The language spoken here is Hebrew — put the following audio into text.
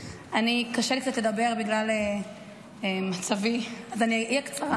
קשה לי קצת לדבר בגלל מצבי, אז אני אהיה קצרה.